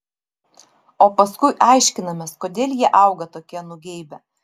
o paskui aiškinamės kodėl jie auga tokie nugeibę